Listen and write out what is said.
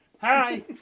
Hi